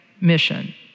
mission